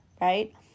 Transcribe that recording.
right